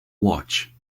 watch